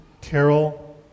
Carol